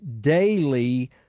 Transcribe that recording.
daily